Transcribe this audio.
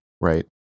Right